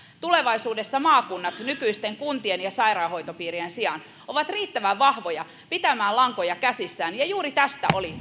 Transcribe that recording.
tulevaisuudessa maakunnat nykyisten kuntien ja sairaanhoitopiirien sijaan ovat riittävän vahvoja pitämään lankoja käsissään ja juuri tästä oli